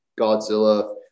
Godzilla